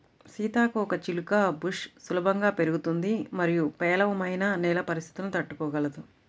సీతాకోకచిలుక బుష్ సులభంగా పెరుగుతుంది మరియు పేలవమైన నేల పరిస్థితులను తట్టుకోగలదు